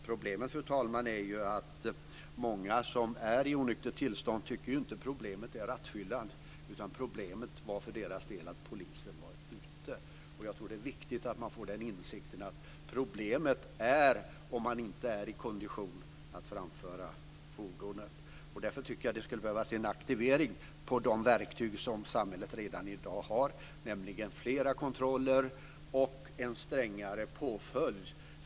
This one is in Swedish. Problemet, fru talman, är att många som är i onyktert tillstånd inte tycker att problemet är rattfyllan, utan för deras del var det att polisen var ute. Jag tror att det är viktigt att man får insikten att problemet är om man inte är i kondition att framföra fordonet. Därför tycker jag att det skulle behövas en aktivering av de verktyg som samhället redan i dag har, nämligen flera kontroller och en strängare påföljd.